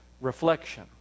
reflection